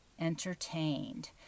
entertained